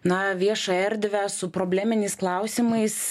na viešą erdvę su probleminiais klausimais